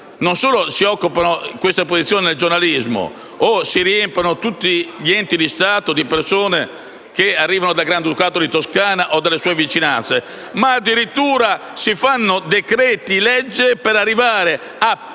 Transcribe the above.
Non solo si occupano queste posizioni del giornalismo o si riempiono tutti gli enti di Stato con persone che arrivano dal Granducato di Toscana o dalle sue vicinanze, ma addirittura si adottano decreti-legge per "premiare" persone